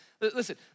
listen